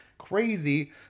crazy